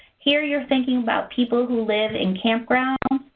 here, you're thinking about people who live in campgrounds,